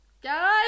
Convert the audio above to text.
Guys